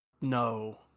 No